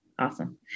Awesome